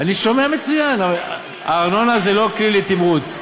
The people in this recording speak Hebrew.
אני שומע מצוין, אבל הארנונה זה לא כלי לתמרוץ.